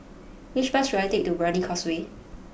which bus should I take to Brani Causeway